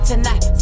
Tonight